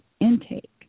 intake